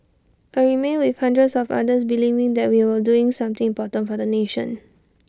I remained with hundreds of others believing that we were doing something important for the nation